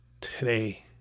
today